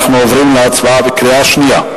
אנחנו עוברים להצבעה בקריאה שנייה.